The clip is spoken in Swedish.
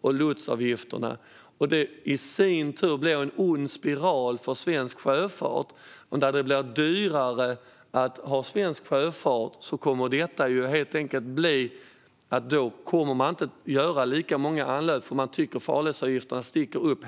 och lotsavgifterna. Det blir i sin tur en ond spiral för svensk sjöfart. Om det blir dyrare med svensk sjöfart kommer det helt enkelt att leda till att man inte gör lika många anlöp, eftersom man tycker att farledsavgifterna hela tiden sticker uppåt.